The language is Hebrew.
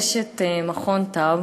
יש את מרכז טאוב,